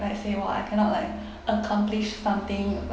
like say !wah! I cannot like accomplish something